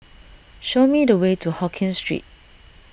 show me the way to Hokkien Street